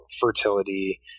fertility